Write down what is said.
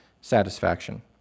satisfaction